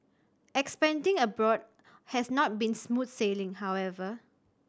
expanding abroad has not been smooth sailing however